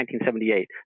1978